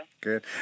Good